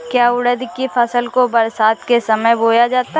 क्या उड़द की फसल को बरसात के समय बोया जाता है?